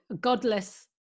godless